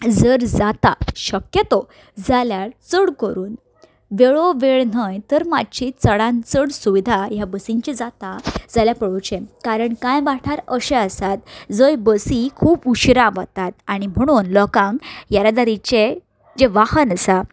जर जाता शक्यतो जाल्यार चड करून वेळोवेळ न्हय तर मातशें चडान चड सुविधा ह्या बसींचेर जाता जाल्यार पळोचें कारण कांय वाठार अशे आसात जंय बसी खूब उशिरा वतात आणी म्हणून लोकांक येरादारीचें जें वाहन आसा